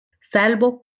Salvo